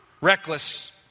reckless